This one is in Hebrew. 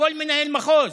כל מנהל מחוז,